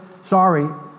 Sorry